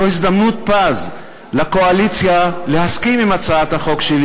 זו הזדמנות פז לקואליציה להסכים להצעת החוק שלי